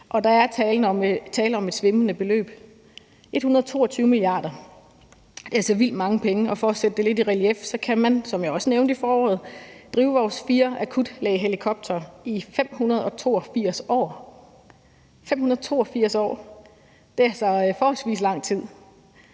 og der er tale om et svimlende beløb: 122 mia. kr. Det er altså vildt mange penge, og for at sætte det lidt i relief kan man, som jeg også nævnte i foråret, drive vores fire akutlægehelikoptere i 582 år. 582 år er altså forholdsvis lang tid.